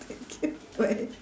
thank you